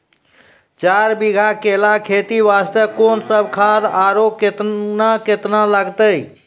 चार बीघा केला खेती वास्ते कोंन सब खाद आरु केतना केतना लगतै?